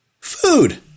food